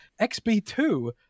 XB2